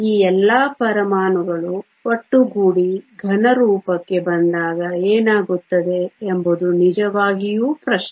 ಈ ಎಲ್ಲಾ ಪರಮಾಣುಗಳು ಒಟ್ಟುಗೂಡಿ ಘನರೂಪಕ್ಕೆ ಬಂದಾಗ ಏನಾಗುತ್ತದೆ ಎಂಬುದು ನಿಜವಾಗಿಯೂ ಪ್ರಶ್ನೆ